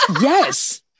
Yes